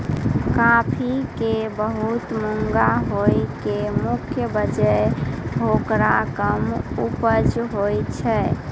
काफी के बहुत महंगा होय के मुख्य वजह हेकरो कम उपज होय छै